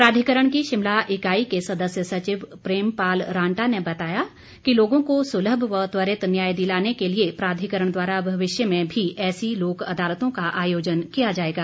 प्राधिकरण की शिमला इकाई के सदस्य सचिव प्रेम पाल रांटा ने बताया कि लोगों को सुलभ व त्वरित न्याय दिलाने के लिए प्राधिकरण द्वारा भविष्य में भी ऐसी लोक अदालतों का आयोजन किया जाएगा